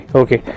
okay